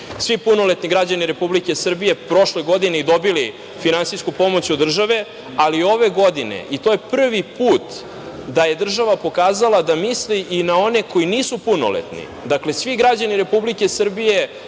svi punoletni građani Republike Srbije prošle godine i dobili finansijsku pomoć od države, ali ove godine i to je prvi put da je država pokazala da misli i na one koji nisu punoletni. Dakle, svi građani Republike Srbije